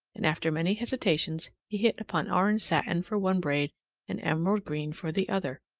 and after many hesitations he hit upon orange satin for one braid and emerald green for the other.